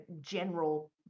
general